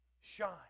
Shine